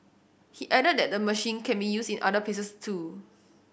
he added that the machine can be used in other places too